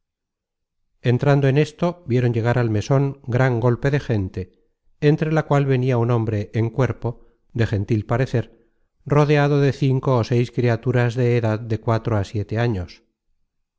estando en esto vieron llegar al meson gran golpe de gente entre la cual venia un hombre en cuerpo de gentil parecer rodeado de cinco ó seis criaturas de edad de cuatro á siete años